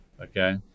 okay